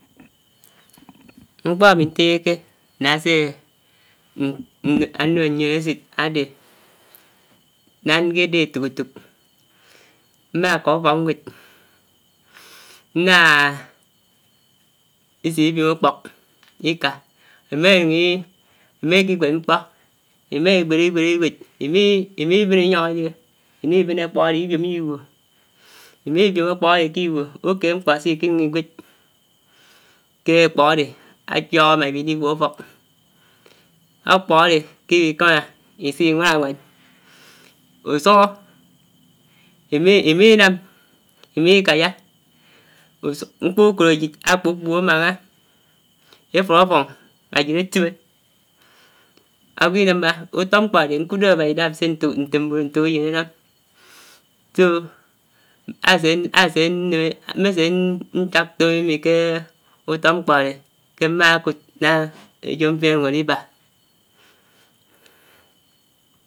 Mkó ámi ntóyóké ná ásé nnémé mién ésit ádé, nághá nké déhé étók-étók, má kaa ufók nwèd ná isibiom ákpók ikaa, imányung imá k'iwéd mkpó imáwéd iwéd, iwéd. iwéd, imi-imi bén inyóng idihé imibén akpók ádé ibióm ké iwód, imibióm akpók ádé k'iwód ukéd mkpó sé ikinyung iwéd ké ákpók ádé áchóhó ibidigwó ufók, ákpók ádé k'ibikámá isi wáwád, usughó imi-imi nám, imikáyá, usuk mkpóukód áyid ákpóhó ámáhán éfud áffóng áyid átibé, ágwó inàmá utó mkpó ádè nkutó ábá idáhá'm sé ntók ntè mmé ntókáyén ánàm so ásé nném, mmésé nchák ké ámi ké utó mkpó ádé ké mmá kud ná éyó mfin ámi ánuk ádibá.